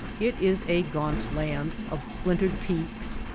it is a gaunt land of splintered peaks,